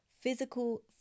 Physical